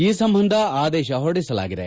ಈ ಸಂಬಂಧ ಆದೇಶ ಹೊರಡಿಸಲಾಗಿದೆ